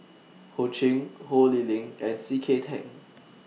Ho Ching Ho Lee Ling and C K Tang